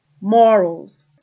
morals